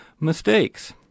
mistakes